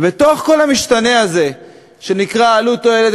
ובתוך כל המשתנה הזה שנקרא עלות תועלת,